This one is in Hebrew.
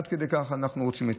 עד כדי כך אנחנו רוצים להיטיב.